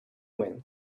when